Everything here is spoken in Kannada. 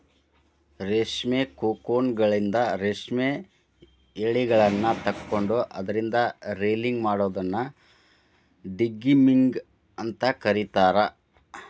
ರೇಷ್ಮಿ ಕೋಕೂನ್ಗಳಿಂದ ರೇಷ್ಮೆ ಯಳಿಗಳನ್ನ ತಕ್ಕೊಂಡು ಅದ್ರಿಂದ ರೇಲಿಂಗ್ ಮಾಡೋದನ್ನ ಡಿಗಮ್ಮಿಂಗ್ ಅಂತ ಕರೇತಾರ